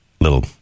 little